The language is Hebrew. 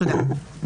תודה.